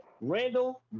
Randall